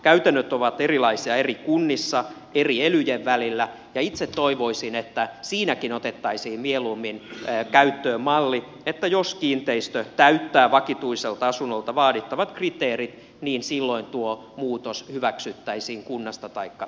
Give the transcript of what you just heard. käytännöt ovat erilaisia eri kunnissa eri elyjen välillä ja itse toivoisin että siinäkin otettaisiin mieluummin käyttöön malli että jos kiinteistö täyttää vakituiselta asunnolta vaadittavat kriteerit niin silloin tuo muutos hyväksyttäisiin kunnasta taikka elystä huolimatta